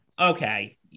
Okay